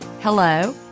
hello